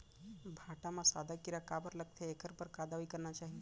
भांटा म सादा कीरा काबर लगथे एखर बर का दवई करना चाही?